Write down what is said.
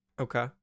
Okay